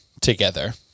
together